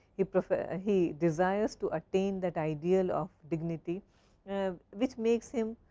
he but he desires to attain that ideal of dignity which makes him,